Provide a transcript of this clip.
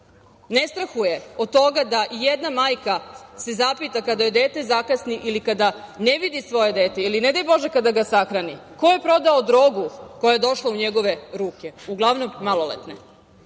ne strahuje od toga da jedna majka se zapita kada joj dete zakasni ili kada ne vidi svoje dete, ili ne daj Bože kada ga sahrani. Ko je prodao drogu koja je došla u njegove ruke, uglavnom maloletne? Dakle,